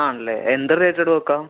ആണല്ലേ എന്ത് റിലേറ്റഡ് വർക്കാണ്